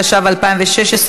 התשע"ו 2016,